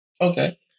Okay